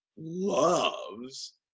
loves